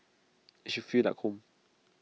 IT should feel like home